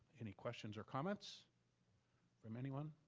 any questions or comments from anyone?